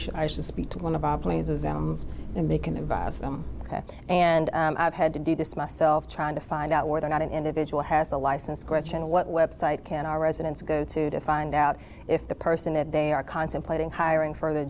should i should speak to one of our planes exams and they can advise them and i've had to do this myself trying to find out more than not an individual has a license question of what website can our residents go to to find out if the person that they are contemplating hiring for the